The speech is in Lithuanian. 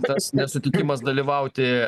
tas nesutikimas dalyvauti